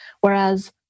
Whereas